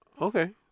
Okay